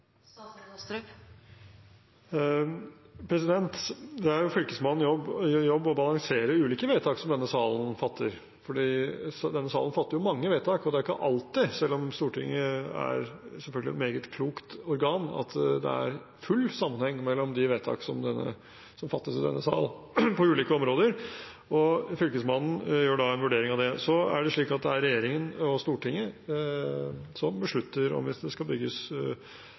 Det er Fylkesmannens jobb å balansere ulike vedtak som denne salen fatter. Denne salen fatter jo mange vedtak, og det er ikke alltid, selv om Stortinget selvfølgelig er et meget klokt organ, det er full sammenheng mellom de vedtakene som fattes i denne sal på ulike områder, og Fylkesmannen gjør da en vurdering av det. Så er det slik at det er regjeringen og Stortinget som beslutter om det skal bygges